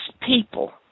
people